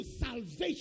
salvation